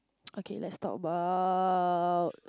okay let's talk about